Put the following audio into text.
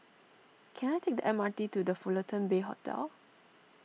can I take the M R T to the Fullerton Bay Hotel